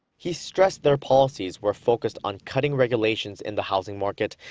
he stressed their policies were focused on cutting regulations in the housing market.